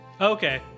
Okay